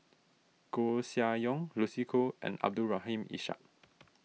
Koeh Sia Yong Lucy Koh and Abdul Rahim Ishak